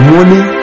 Money